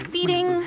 Feeding